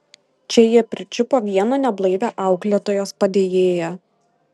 čia jie pričiupo vieną neblaivią auklėtojos padėjėją